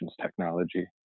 technology